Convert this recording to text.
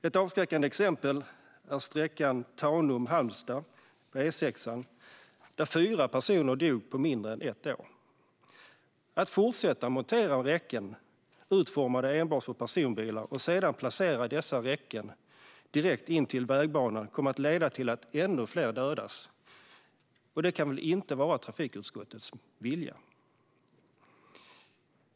Ett avskräckande exempel är E6 sträckan Tanum-Halmstad, där fyra personer dog på mindre än ett år. Att fortsätta montera räcken utformade enbart för personbilar och sedan placera dessa räcken direkt intill vägbanan kommer att leda till att ännu fler dödas, och det kan väl inte vara trafikutskottets vilja.